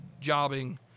jobbing